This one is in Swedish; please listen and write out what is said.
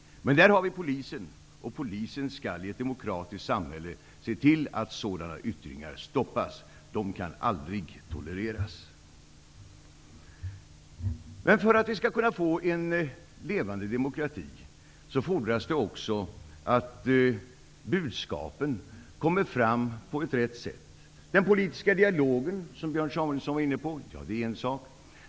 Vi har Polisen, och Polisen skall i ett demokratiskt samhälle se till att sådana yttringar stoppas. Sådana kan aldrig tolereras. För att vi skall kunna få en levande demokrati fordras det också att budskapen kommer fram på rätt sätt. Björn Samuelson var inne på den politiska dialogen, och det är en sak.